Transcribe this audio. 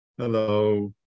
Hello